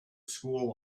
school